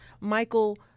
Michael